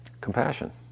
compassion